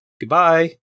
goodbye